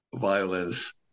violence